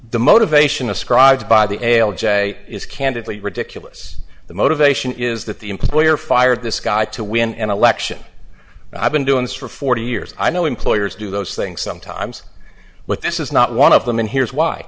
the motivation ascribed by the ail jay is candidly ridiculous the motivation is that the employer fired this guy to win an election i've been doing this for forty years i know employers do those things sometimes but this is not one of them and here's why